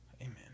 Amen